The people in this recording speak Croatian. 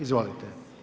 Izvolite.